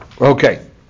Okay